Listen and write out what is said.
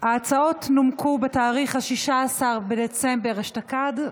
ההצעות נומקו בתאריך 16 בדצמבר אשתקד.